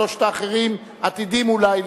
שלושת האחרים עתידים אולי,